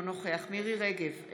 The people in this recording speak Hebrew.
אינו נוכח מירי מרים רגב,